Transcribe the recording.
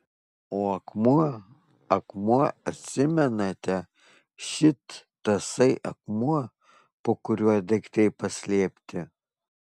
o akmuo akmuo atsimenate šit tasai akmuo po kuriuo daiktai paslėpti